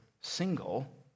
single